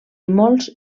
molts